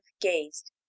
gazed